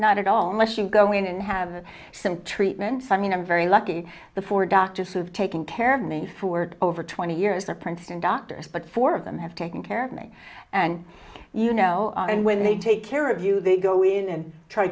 all unless you go in and have some treatments i mean i'm very lucky the four doctors who have taken care of me for over twenty years a printer and doctors but four of them have taken care of me and you know and when they take care of you they go in and try